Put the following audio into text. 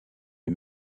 les